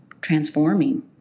transforming